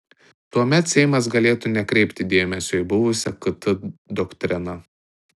tuomet seimas galėtų nekreipti dėmesio į buvusią kt doktriną